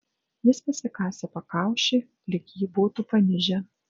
jis pasikasė pakaušį lyg jį būtų panižę